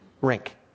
rink